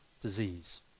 disease